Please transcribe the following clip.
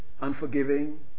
unforgiving